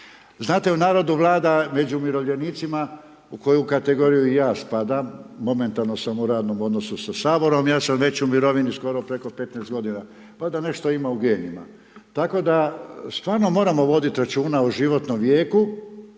Znate u narodu vlada među umirovljenicima u koju kategoriju i ja spadam, momentalno sam u radnom odnosu sa Saborom, ja sam već u mirovini skoro preko 15 godina. Pa valjda nešto ima u genima. Tako da stvarno moramo voditi računa o životnom vijeku